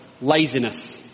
laziness